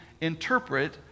interpret